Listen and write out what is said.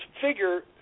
figure